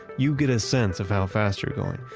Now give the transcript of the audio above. you get a sense of how fast you're going.